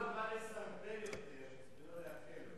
משאל עם בא לסרבל יותר ולא להקל יותר.